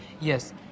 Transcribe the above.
yes